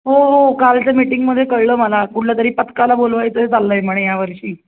हो हो कालच्या मिटिंगमध्ये कळलं मला कुठल्यातरी पथकाला बोलवायचं चाललं आहे म्हणे ह्यावर्षी